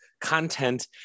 content